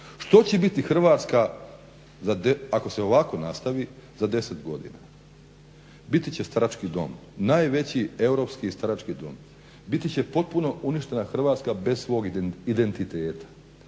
Što će biti Hrvatska ako se ovako nastavi za 10 godina, biti će starački dom, najveći europski starački dom. Biti će potpuno uništena Hrvatska bez svog identiteta.